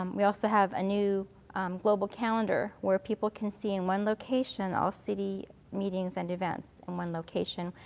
um we also have a new global calendar where people can see in one location all city meetings and events in one location,